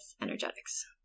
energetics